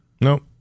Nope